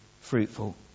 fruitful